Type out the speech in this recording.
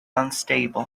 unstable